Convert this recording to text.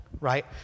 right